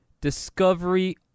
Discovery